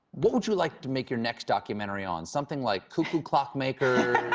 what would you like to make your next documentary on, something like cuckoo clock makers or